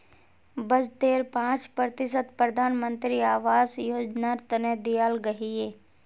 बजटेर पांच प्रतिशत प्रधानमंत्री आवास योजनार तने दियाल गहिये